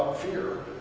fear.